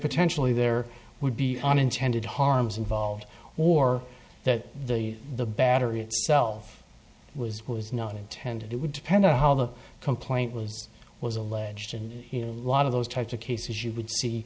potentially there would be unintended harms involved or that the the battery itself was was not intended it would depend on how the complaint was was alleged and you know a lot of those types of cases you would see